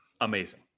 amazing